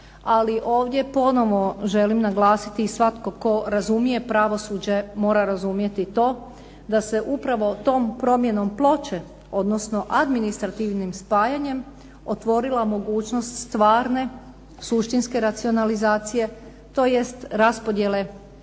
Ali ovdje ponovo želim naglasiti i svatko tko razumije pravosuđe mora razumjeti i to da se upravo tom promjenom ploče, odnosno administrativnim spajanjem otvorila mogućnost stvarne, suštinske racionalizacije, tj. raspodjele